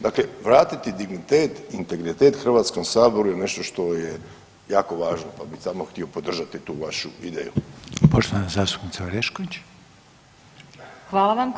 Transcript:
Dakle, vratiti dignitet, integritet Hrvatskom saboru je nešto što je jako važno pa bih samo htio podržati tu vašu ideju.